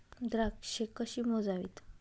द्राक्षे कशी मोजावीत?